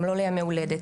גם לא לימי הולדת,